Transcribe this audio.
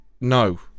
no